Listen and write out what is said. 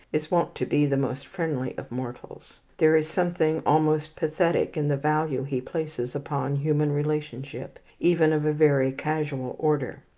is wont to be the most friendly of mortals. there is something almost pathetic in the value he places upon human relationship, even of a very casual order.